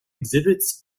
exhibits